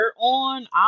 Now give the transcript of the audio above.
on